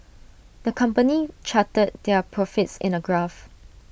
the company charted their profits in A graph